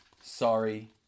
Sorry